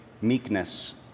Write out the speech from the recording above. meekness